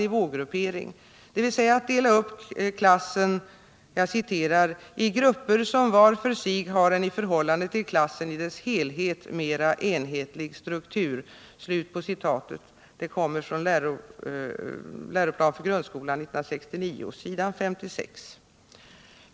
nivågruppering, dvs. att dela upp klassen ”i grupper, som var för sig har en i förhållande till klassen i dess helhet mera enhetlig struktur” .